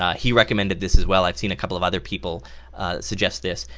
ah he recommended this as well, i've seen a couple of other people suggest this,